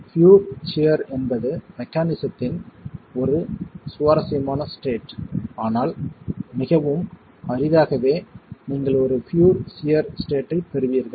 pure shear என்பது மெக்கானிக்ஸ்ஸின் ஒரு சுவாரஸ்யமான ஸ்டேட் ஆனால் மிகவும் அரிதாகவே நீங்கள் ஒரு பியூர் சியர் ஸ்டேட்டைப் பெறுவீர்கள்